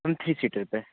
ma'am three seater पर